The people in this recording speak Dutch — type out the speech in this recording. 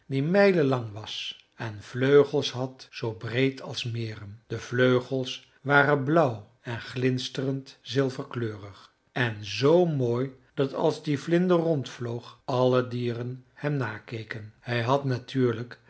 die mijlen lang was en vleugels had zoo breed als meren de vleugels waren blauw en glinsterend zilverkleurig en z mooi dat als die vlinder rondvloog alle dieren hem nakeken hij had natuurlijk